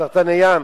סרטני ים?